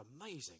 amazing